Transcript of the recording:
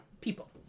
people